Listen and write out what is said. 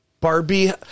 Barbie